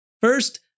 First